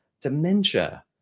dementia